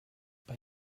bei